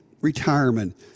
retirement